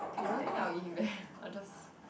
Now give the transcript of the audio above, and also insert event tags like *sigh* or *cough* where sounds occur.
I don't think I will give him back *laughs* i'll just